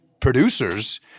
producers